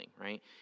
right